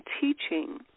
teaching